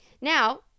Now